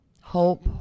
hope